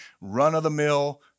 run-of-the-mill